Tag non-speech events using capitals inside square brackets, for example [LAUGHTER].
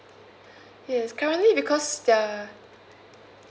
[BREATH] yes currently because there're